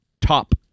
top